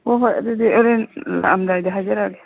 ꯍꯣꯏ ꯍꯣꯏ ꯑꯗꯨꯗꯤ ꯍꯣꯔꯦꯟ ꯂꯥꯛꯑꯝꯗꯥꯏꯗ ꯍꯥꯏꯖꯔꯛꯑꯒꯦ